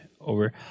over